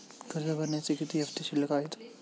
कर्ज भरण्याचे किती हफ्ते शिल्लक आहेत?